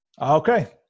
Okay